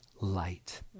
light